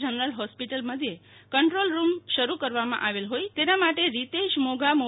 general hospital મધ્યે control room શરૂ કરવામાં આવેલ હોઇ જે માટે રીતેષ મોગા મો